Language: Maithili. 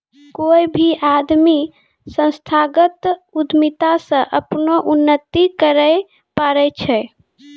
कोय भी आदमी संस्थागत उद्यमिता से अपनो उन्नति करैय पारै छै